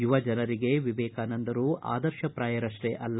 ಯುವ ಜನರಿಗೆ ವಿವೇಕಾನಂದರು ಆದರ್ಶಪ್ರಾಯರಷ್ಟೇ ಅಲ್ಲ